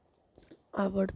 आवडतं